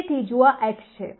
તેથી જો આ x છે